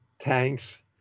tanks